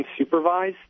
unsupervised